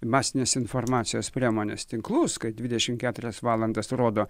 masinės informacijos priemonės tinklus kai dvidešimt keturias valandas rodo